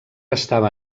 estava